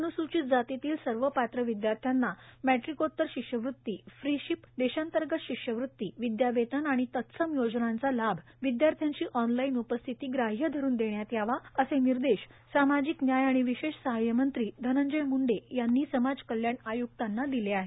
अनुसूचित जातीतील सर्व पात्र विदयार्थ्यांना मॅट्टिकोत्तर शिष्यवृत्ती फ्रिशिप देशांतर्गत शिष्यवृत्ती विदयावेतन आणि तत्सम योजनांचा लाभ विदयार्थ्यांची ऑनलाईन उपस्थिती ग्राह्य धरून देण्यात यावा असे निर्देश सामाजिक न्याय आणि विशेष सहाय्य मंत्री धनंजय मुंडे यांनी समाज कल्याण आयुक्तांना दिले आहेत